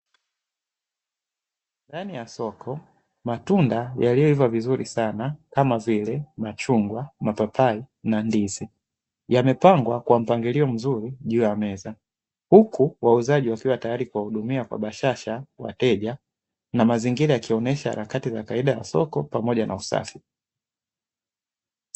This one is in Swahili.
Ndani ya soko, matunda yaliyoiva vizuri sana kama vile; machungwa, mapapai na ndizi, yamepangwa kwa mpangilio mzuri juu ya meza, huku wauzaji wakiwa tayari kuwahudumia kwa bashasha wateja na mazingira yakionyesha harakati za kawaida ya soko pamoja na usafi.